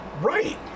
Right